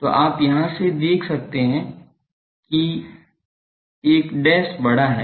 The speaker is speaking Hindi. तो आप यहाँ से देख सकते हैं कि एक डैश बड़ा है